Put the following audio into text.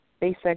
basic